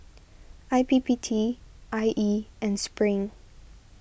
I P P T I E and Spring